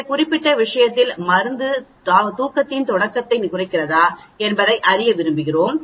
இந்த குறிப்பிட்ட விஷயத்தில் மருந்து தூக்கத்தின் தொடக்கத்தை குறைக்கிறதா என்பதை அறிய விரும்புகிறோம்